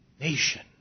nation